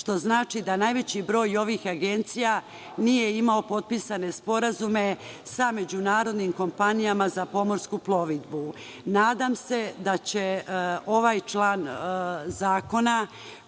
što znači da najveći broj ovih agencija nije imao potpisane sporazume sa međunarodnim kompanijama za pomorsku plovidbu. Nadam se da će ovaj član zakona